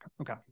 Okay